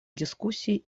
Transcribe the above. дискуссий